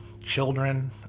children